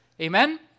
Amen